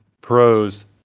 pros